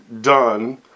done